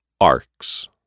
Arcs